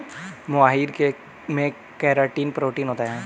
मोहाइर में keratin protein होता है